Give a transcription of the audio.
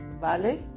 ¿Vale